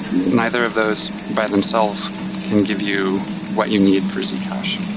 neither of those by themselves can give you what you need for zcash.